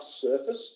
surface